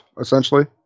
essentially